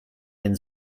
den